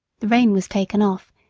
the rein was taken off,